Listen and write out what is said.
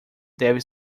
deve